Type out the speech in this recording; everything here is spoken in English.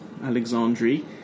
Alexandri